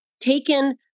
taken